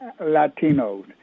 Latinos